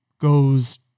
goes